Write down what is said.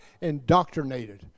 indoctrinated